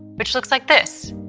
which looks like this.